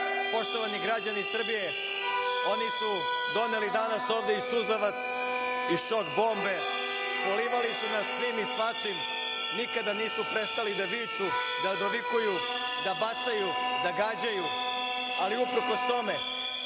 skupštine. Poštovani građani Srbije, oni su doneli ovde danas i suzavac i šok bombe, polivali su nas svim i svačim, nikada nisu prestali da viču, da dovikuju, da bacaju, da gađaju, ali uprkos tome